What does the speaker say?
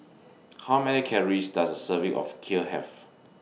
How Many Calories Does Serving of Kheer Have